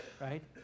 right